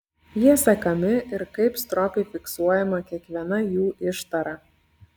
jie sekami ir kaip stropiai fiksuojama kiekviena jų ištara